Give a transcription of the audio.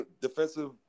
defensive